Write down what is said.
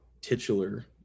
titular